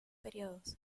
períodos